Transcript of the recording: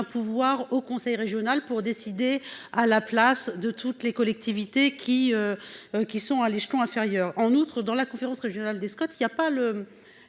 pouvoirs au conseil régional pour décider à la place de toutes les collectivités qui. Qui sont à l'échelon inférieur en outre dans la conférence régionale des Scott. Il y a pas le